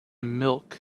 milk